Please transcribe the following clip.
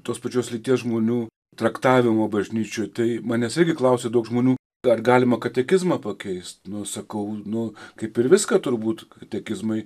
tos pačios lyties žmonių traktavimo bažnyčioje tai manęs irgi klausė daug žmonių ar galima katekizmą pakeisti nu sakau nu kaip ir viską turbūt katekizmai